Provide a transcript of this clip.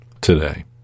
today